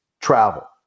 travel